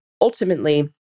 ultimately